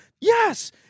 Yes